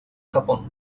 japón